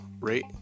rate